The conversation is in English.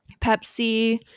Pepsi